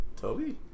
Toby